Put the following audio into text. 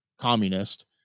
communist